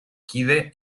kide